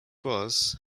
was